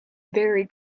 very